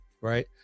right